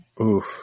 Oof